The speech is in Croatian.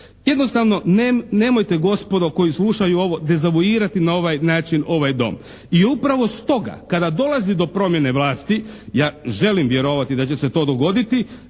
Jednostavno nemojte gospodo koji slušaju ovo dezavuirati na ovaj način ovaj dom. I upravo stoga kada dolazi do promjene vlasti, ja želim vjerovati da će se to dogoditi